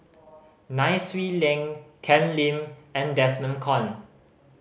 Nai Swee Leng Ken Lim and Desmond Kon